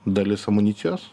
dalis amunicijos